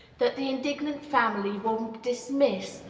that the indignant family will dismiss,